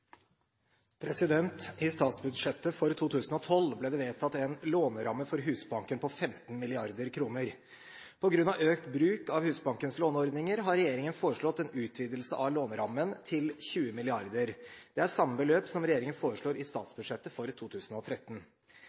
vedtatt. I statsbudsjettet for 2012 ble det vedtatt en låneramme for Husbanken på 15 mrd. kr. På grunn av økt bruk av Husbankens låneordninger har regjeringen foreslått en utvidelse av lånerammen til 20 mrd. kr. Det er samme beløp som regjeringen foreslår i statsbudsjettet for 2013.